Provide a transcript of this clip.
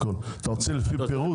אתה רוצה לפי פירוט?